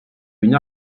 une